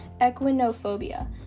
equinophobia